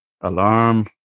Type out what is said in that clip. Alarm